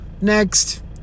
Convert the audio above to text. Next